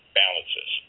balances